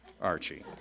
Archie